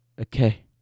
okay